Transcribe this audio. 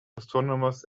astronomers